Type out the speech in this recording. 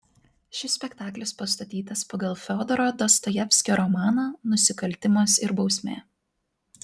šis spektaklis pastatytas pagal fiodoro dostojevskio romaną nusikaltimas ir bausmė